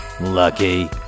Lucky